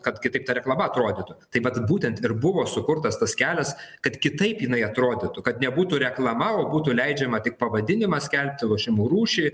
kad kitaip ta reklama atrodytų tai vat būtent ir buvo sukurtas tas kelias kad kitaip jinai atrodytų kad nebūtų reklama o būtų leidžiama tik pavadinimas skelbti lošimų rūšį